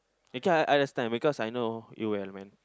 okay I understand because I know you would have went